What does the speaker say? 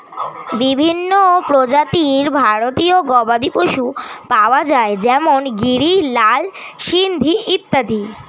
বিভিন্ন প্রজাতির ভারতীয় গবাদি পশু পাওয়া যায় যেমন গিরি, লাল সিন্ধি ইত্যাদি